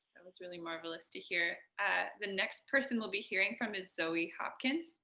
that was really marvelous to hear. the next person we'll be hearing from is zoe hopkins.